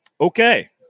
Okay